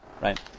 Right